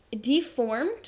deformed